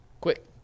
Quick